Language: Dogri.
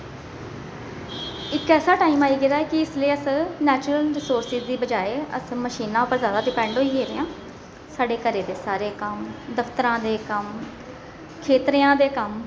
इक ऐसा टाइम आई गेदा ऐ कि इसले अस नैचरल रिसोरस दे बजाए अस मशीना उप्पर ज्यादा डिपैंड होई गेदे आं साढ़े घरै दे सारे कम्म दफ्तरां दे कम्म खेतरेआं दे कम्म